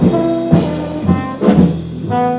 you know